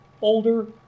Older